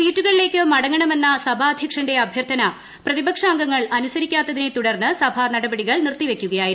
സീറ്റുകളിലേക്ക് മടങ്ങണമെന്ന സഭാധ്യക്ഷന്റെ അഭ്യർത്ഥന പ്രതിപക്ഷാംഗങ്ങൾ അനുസരിക്കാത്തതിനെ തുടർന്ന് സഭാ നടപടികൾ നിർത്തിവയ്ക്കുകയായിരുന്നു